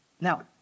Now